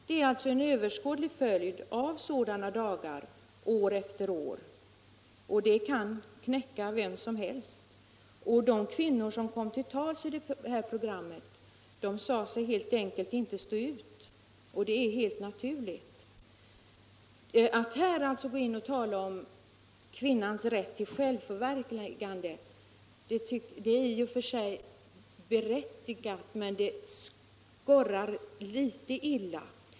Det är alltså en oöverskådlig följd av sådana dagar år efter år, och det kan knäcka vem som helst. De kvinnor som kom till tals i programmet sade sig helt enkelt inte stå ut, och det är helt naturligt. Att här gå in och tala om kvinnans rätt till självförverkligande skorrar litet illa.